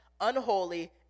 unholy